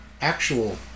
actual